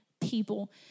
people